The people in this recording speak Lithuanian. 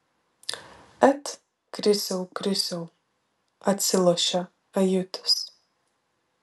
et krisiau krisiau atsilošia ajutis